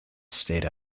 stayed